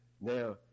Now